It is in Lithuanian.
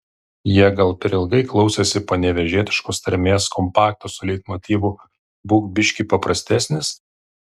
jie gal per ilgai klausėsi panevėžietiškos tarmės kompakto su leitmotyvu būk biškį paprastesnis